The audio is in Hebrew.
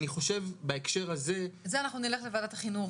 זה אנחנו נלך לוועדת החינוך.